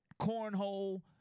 cornhole